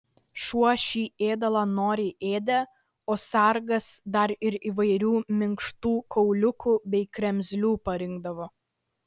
šuo šį ėdalą noriai ėdė o sargas dar ir įvairių minkštų kauliukų bei kremzlių parinkdavo